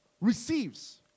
receives